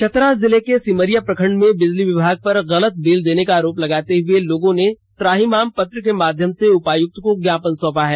चतरा जिले के सिमरिया प्रखंड में बिजली विभाग पर गलत बिल देने का आरोप लगाते हुए लोगों ने त्राहीमाम पत्र के माध्यम से उपायुक्त को ज्ञापन सौंपा है